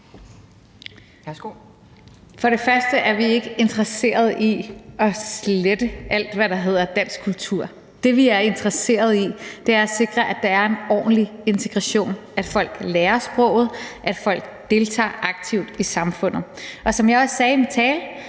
For det første er vi ikke interesseret i at slette alt, hvad der hedder dansk kultur. Det, vi er interesseret i, er at sikre, at der er en ordentlig integration; at folk lærer sproget, at folk deltager aktivt i samfundet. Og som jeg også sagde i min tale,